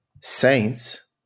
saints